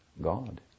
God